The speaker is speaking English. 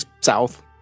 south